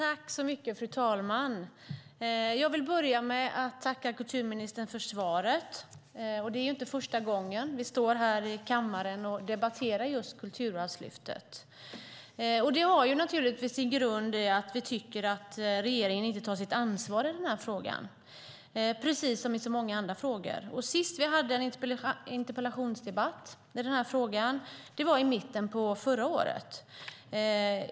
Fru talman! Jag vill börja med att tacka kulturministern för svaret. Det är inte första gången vi står här i kammaren och debatterar just Kulturarvslyftet. Det har naturligtvis sin grund i att vi tycker att regeringen inte tar sitt ansvar i den här frågan, precis som i så många andra frågor. Senast vi hade en interpellationsdebatt i den här frågan var i mitten av förra året.